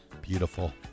Beautiful